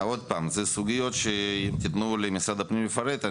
שוב, אלו סוגיות שתיתנו למשרד הפנים לפרט.